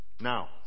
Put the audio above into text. Now